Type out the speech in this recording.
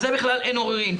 על זה בכלל אין עוררין,